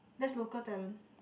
that's local talent